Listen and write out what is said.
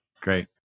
Great